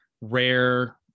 rare